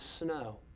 snow